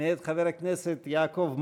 מאת חבר הכנסת יעקב מרגי.